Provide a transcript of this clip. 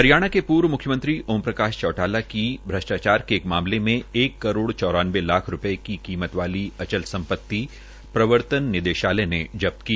हरियाणा के पूर्व मुख्यमंत्री ओम प्रकाश चौटाला की श्रष्टाचार मे एक मामले में एक करोड़ चौरानवे लाख रूपये की कीमत वाली अचल सम्पति प्रर्वतन निदेशालय ने जब्त की